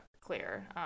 clear